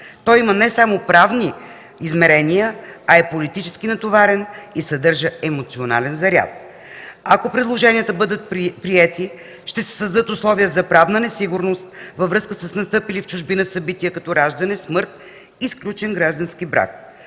Той има не само правни измерения, а е политически натоварен и съдържа емоционален заряд. Ако предложенията бъдат приети, ще се създадат условия за правна несигурност, във връзка с настъпили в чужбина събития като раждане, смърт и сключен граждански брак.